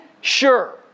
sure